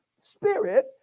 spirit